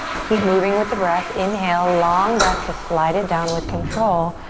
keep moving with the breath. inhale, long breath to slide it down with control.